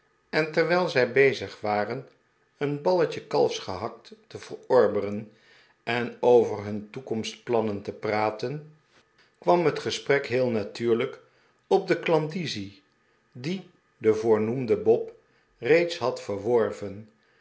en terwijl zij bezig waren een ballet je kalfsgehakt te verorberen en over hun toekomstplannen te praten kwam het gesprek heel natuurlijk op de klandizie die de voornoemde bob reeds had verworven